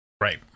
Right